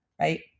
right